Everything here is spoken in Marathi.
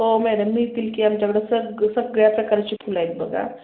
हो मॅडम मिळतील की आमच्याकडे सग सगळ्या प्रकारची फुलं आहेत बघा